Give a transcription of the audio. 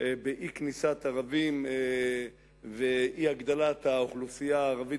באי-כניסת ערבים ובאי-הגדלת האוכלוסייה הערבית